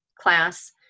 class